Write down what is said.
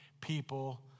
people